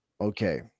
Okay